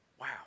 Wow